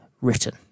written